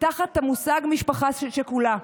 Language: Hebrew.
תחת המושג "משפחה שכולה".